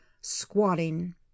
squatting